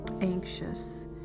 anxious